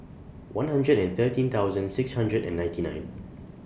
one hundred and thirteen thousand six hundred and ninety nine